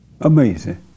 Amazing